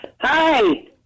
Hi